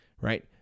Right